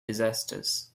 disasters